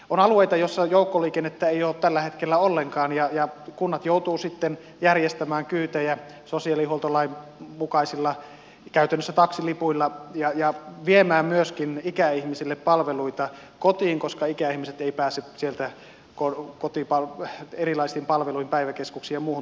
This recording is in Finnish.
on alueita joilla joukkoliikennettä ei ole tällä hetkellä ollenkaan ja kunnat joutuvat sitten järjestämään kyytejä sosiaalihuoltolain mukaisilla käytännössä taksilipuilla ja viemään myöskin ikäihmisille palveluita kotiin koska ikäihmiset eivät pääse sieltä erilaisiin palveluihin päiväkeskuksiin ja muuhun toimintaan mukaan